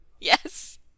Yes